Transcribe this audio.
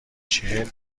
چهل